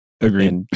Agreed